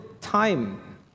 time